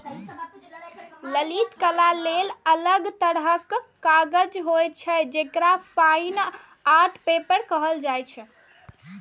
ललित कला लेल अलग तरहक कागज होइ छै, जेकरा फाइन आर्ट पेपर कहल जाइ छै